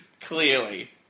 Clearly